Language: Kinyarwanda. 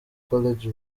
college